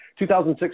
2006